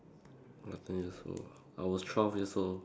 ah ten years old ah I was twelve years old